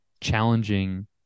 challenging